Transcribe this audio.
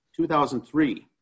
2003